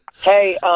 Hey